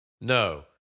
No